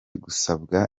gusabwa